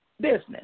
business